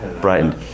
brightened